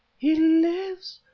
he lives!